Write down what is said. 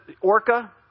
Orca